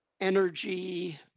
energy